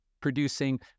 producing